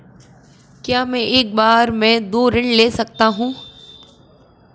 क्या मैं एक बार में दो ऋण ले सकता हूँ?